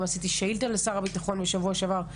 עשיתי שאילתה לשר הביטחון בשבוע שעבר.